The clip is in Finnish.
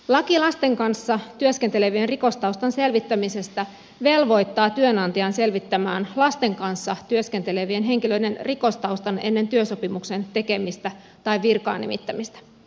laki lasten kanssa työskentelevien rikostaustan selvittämisestä velvoittaa työnantajan selvittämään lasten kanssa työskentelevien henkilöiden rikostaustan ennen työsopimuksen tekemistä tai virkaan nimittämistä